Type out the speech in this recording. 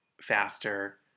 faster